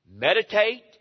meditate